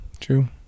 true